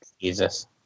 Jesus